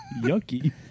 Yucky